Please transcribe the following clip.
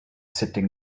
sitting